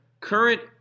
current